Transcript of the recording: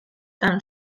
tan